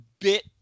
bit